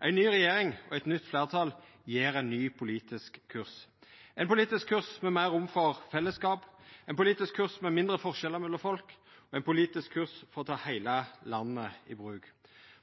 Ei ny regjering og eit nytt fleirtal gjev ein ny politisk kurs – ein politisk kurs med meir rom for fellesskap, ein politisk kurs med mindre forskjellar mellom folk og ein politisk kurs for å ta heile landet i bruk.